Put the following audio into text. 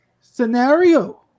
scenario